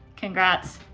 congrats!